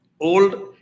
old